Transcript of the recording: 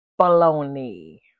baloney